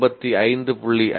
2 ஐ 85